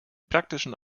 praktischen